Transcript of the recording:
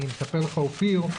אספר לך אופיר,